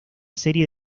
serie